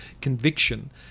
conviction